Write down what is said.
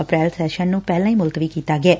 ਅਪ੍ਰੈਲ session ਨੂੰ ਪਹਿਲਾਂ ਹੀ ਮੁਲਤਵੀ ਕੀਤਾ ਗਿਐ